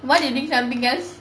what you drink something else